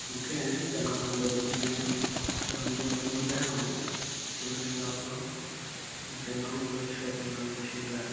मूंखे आहिनि पहिरियों खां ॿ मशीनूं पर मूंखे कमु वधाइणो आहे उन जे हिसाब सां मूंखे नओं कर्ज़ खपंदो हो मशीन लाइ